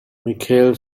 mikhail